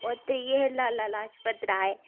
होर त्रिये लाला लाजपत राय